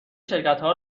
شرکتها